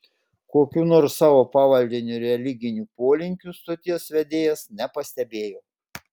kokių nors savo pavaldinio religinių polinkių stoties vedėjas nepastebėjo